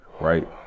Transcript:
right